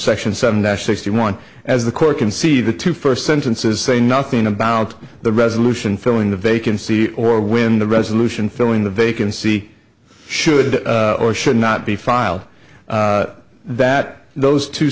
section seven nashik see one as the court can see the two first sentences say nothing about the resolution filling the vacancy or when the resolution filling the vacancy should or should not be filed that those two